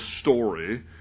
story